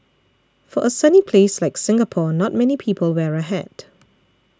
for a sunny place like Singapore not many people wear a hat